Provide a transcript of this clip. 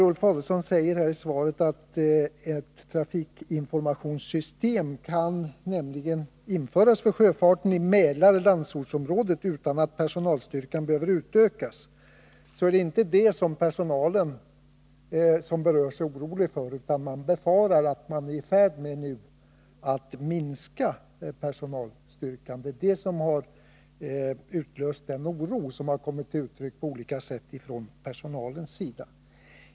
Ulf Adelsohn säger i svaret: ”Ett trafikinformationssystem kan nämligen” införas för sjöfarten i Mälar-Landsortsområdet utan att personalstyrkan behöver utökas.” Det är dock inte detta som är anledningen till att den personal som berörs är orolig. Personalen befarar att beslutsfattarna är i färd med att minska personalstyrkan. Det är detta som utlöst den oro som kommit till uttryck på olika sätt från personalens sida.